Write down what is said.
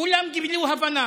כולם גילו הבנה,